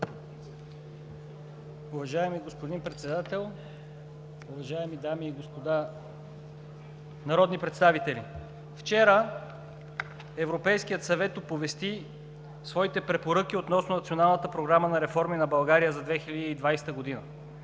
Уважаеми господин Председател, уважаеми дами и господа народни представители! Вчера Европейският съвет оповести своите препоръки относно Националната програма за реформи на България за 2020 г.